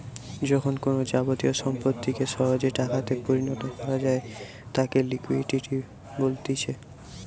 যখন কোনো যাবতীয় সম্পত্তিকে সহজে টাকাতে পরিণত করা যায় তাকে লিকুইডিটি বলতিছে